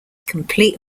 complete